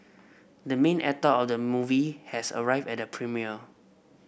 the main actor of the movie has arrived at the premiere